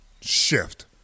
shift